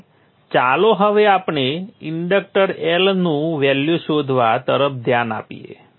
તેથી ચાલો હવે આપણે ઇન્ડક્ટર L નું વેલ્યુ શોધવા તરફ ધ્યાન આપીએ